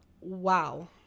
Wow